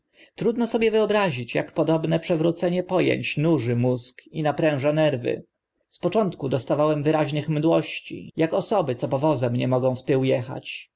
trudno sobie wyobrazić ak podobne przewrócenie po ęć nuży mózg i napręża nerwy z początku dostawałem wyraźnych mdłości ak osoby co powozem nie mogą w tył echać